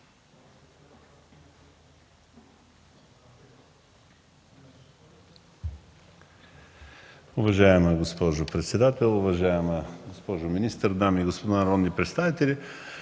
Уважаема госпожо председател, уважаема госпожо министър, дами и господа народни представители!